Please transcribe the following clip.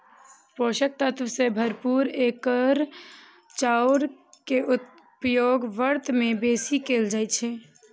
पोषक तत्व सं भरपूर एकर चाउर के उपयोग व्रत मे बेसी कैल जाइ छै